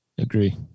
Agree